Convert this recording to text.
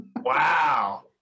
Wow